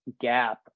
gap